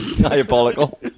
diabolical